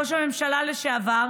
ראש הממשלה לשעבר,